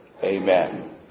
Amen